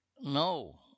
No